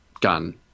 gun